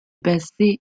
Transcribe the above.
basé